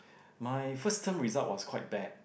my first term result was quite bad